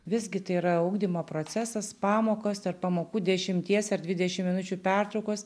visgi tai yra ugdymo procesas pamokos tarp pamokų dešimties ar dvidešimt minučių pertraukos